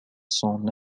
son